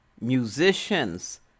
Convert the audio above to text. musicians